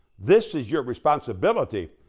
this is your responsibility.